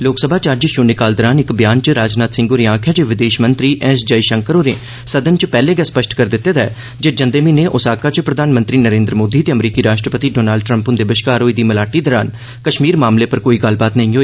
लोकसभा च अज्ज शून्य काल दौरान इक ब्यान च राजनाथ सिंह होरें आखभा ज विदष्ट मंत्री एस जयशंकर होरें सदन च पैहल गै स्पष्ट करी दिता ऐ ज जंद म्हीन ओसाका च प्रधानमंत्री नर द्व मोदी त अमरीकी राष्ट्रपति ोनाल ट्रम्प हंद बश्कार होई दी मलाटी दौरान कश्मीर मामल उप्पर कोई गल्लबात नई होई